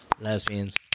lesbians